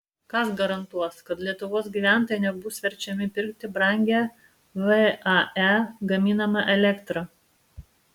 kas garantuos kad lietuvos gyventojai nebus verčiami pirkti brangią vae gaminamą elektrą